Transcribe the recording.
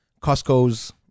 Costco's